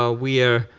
ah we are